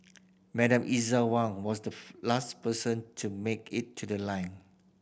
Madam Eliza Wong was the last person to make it to the line